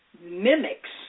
mimics